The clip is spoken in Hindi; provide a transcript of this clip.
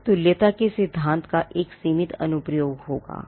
इस तुल्यता के सिद्धांत का एक सीमित अनुप्रयोग होगा